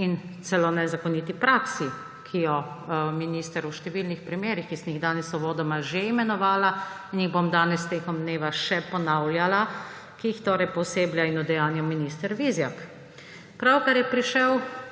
in celo nezakoniti praksi, ki jo minister v številnih primerih, ki sem jih danes uvodoma že imenovala in jih bom danes tekom dneva še ponavljala, ki jih torej pooseblja in udejanja minister Vizjak. Pravkar je prišla